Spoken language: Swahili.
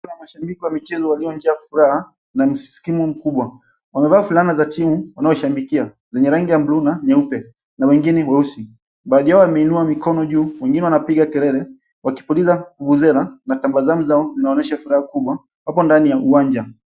...mashabiki wa michezo waliojaa furaha na msisimko mkubwa. Wamevaa fulana za timu wanaoshabikia zenye rangi ya buluu na nyeupe na wengine weusi. Baadhi yao wameinua mikono juu, wengine wanapiga kelele, wakipuliza vuvuzela na tabasamu zao zinaonyesha furaha kubwa hapo ndani ya uwanja.